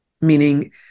meaning